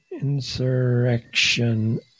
insurrection